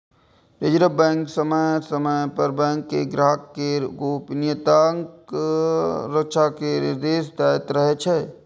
reserve bank समय समय पर बैंक कें ग्राहक केर गोपनीयताक रक्षा के निर्देश दैत रहै छै